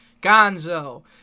Gonzo